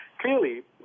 clearly